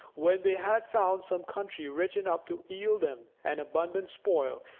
when they had found some country rich enough to yield them an abundant spoil,